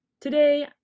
today